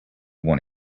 want